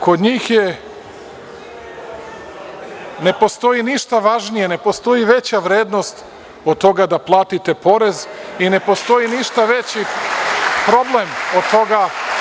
Kod njih ne postoji ništa važnije, ne postoji veća vrednost od toga da platite porez i ne postoji veći problem od toga.